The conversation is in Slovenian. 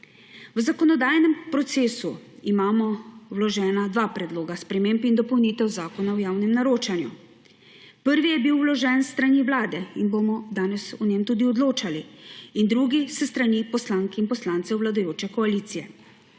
V zakonodajnem procesu imamo vložena dva predloga sprememb in dopolnitev Zakona o javnem naročanju. Prvi je bil vložen s strani Vlade in bomo danes o njem tudi odločali in drugi s strani poslank in poslancev vladajoče koalicije.